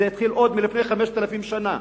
זה התחיל עוד לפני 5,000 שנה.